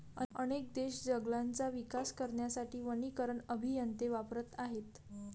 अनेक देश जंगलांचा विकास करण्यासाठी वनीकरण अभियंते वापरत आहेत